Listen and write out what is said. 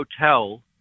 Hotel